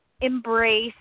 embrace